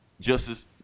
justice